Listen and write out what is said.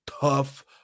tough